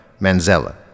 Manzella